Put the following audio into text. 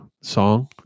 Song